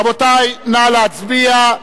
רבותי, נא להצביע.